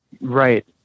Right